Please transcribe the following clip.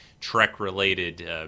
Trek-related